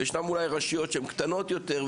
וישנן רשויות קטנות יותר,